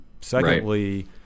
Secondly